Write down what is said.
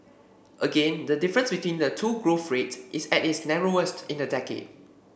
again the difference between the two growth rates is at its narrowest in a decade